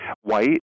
white